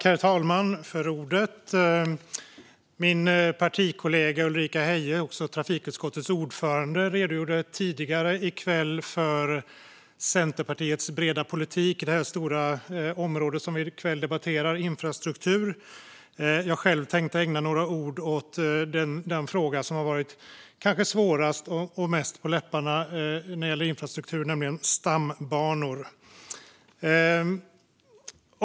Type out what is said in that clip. Herr talman! Min partikollega Ulrika Heie, trafikutskottets ordförande, redogjorde tidigare i kväll för Centerpartiets breda politik på det stora område som vi i kväll debatterar, infrastruktur. Jag själv tänkte ägna några ord åt den fråga som kanske har varit svårast och mest på läpparna när det gäller infrastruktur, nämligen stambanor.